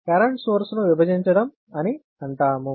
ఇది కరెంట్ సోర్స్ను విభజించడం అని అంటాము